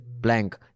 blank